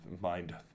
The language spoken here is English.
mind